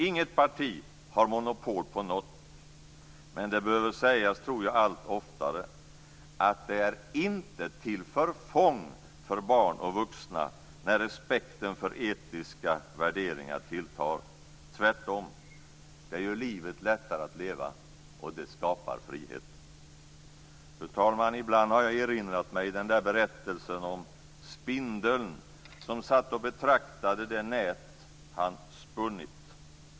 Inget parti har monopol på något, men jag tror att det allt oftare behöver sägas att det inte är till förfång för barn och vuxna när respekten för etiska värderingar tilltar. Tvärtom, det gör livet lättare att leva, och det skapar frihet! Fru talman! Ibland har jag erinrat mig den där berättelsen som spindeln som satt och betraktade det nät han spunnit.